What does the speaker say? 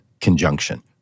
conjunction